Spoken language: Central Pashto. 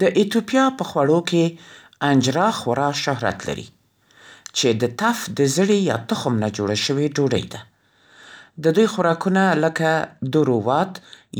د ایتوپیا په خوړو کې «انجرا» خورا شهرت لري، چې د تَف د زړي یا تخم نه جوړه شوې ډوډۍ ده. د دوی خوراکونه لکه «دورو وات»